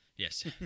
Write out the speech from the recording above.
Yes